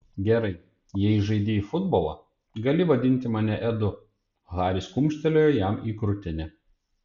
gerai jei žaidei futbolą gali vadinti mane edu haris kumštelėjo jam į krūtinę